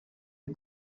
les